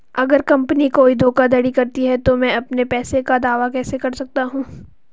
अगर कंपनी कोई धोखाधड़ी करती है तो मैं अपने पैसे का दावा कैसे कर सकता हूं?